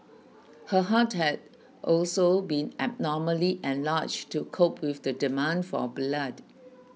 her heart had also been abnormally enlarged to cope with the demand for blood